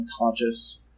unconscious